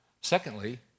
Secondly